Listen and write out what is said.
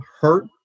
hurt